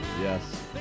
Yes